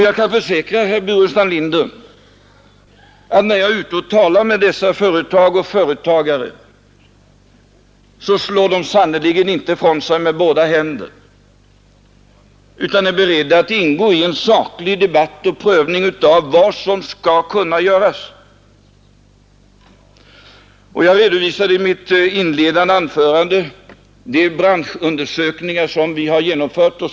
Jag kan försäkra herr Burenstam Linder att när jag är ute och talar med anställda i dessa företag och med företagarna slår de sannerligen inte ifrån sig med båda händerna, utan de är beredda att ingå i en saklig debatt och prövning av de åtgärder som kan vidtas. Jag redovisade i mitt inledande anförande att vi har genomfört vissa branschundersökningar och att andra pågår.